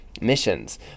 missions